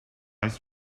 ice